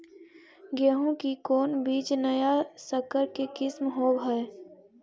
गेहू की कोन बीज नया सकर के किस्म होब हय?